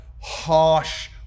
harsh